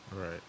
Right